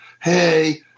Hey